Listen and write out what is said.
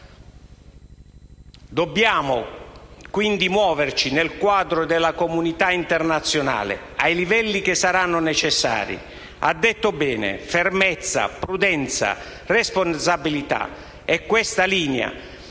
Dobbiamo, quindi, muoverci nel quadro della comunità internazionale ai livelli che saranno necessari. Signor Ministro, ha detto bene: fermezza, prudenza, responsabilità. È questa la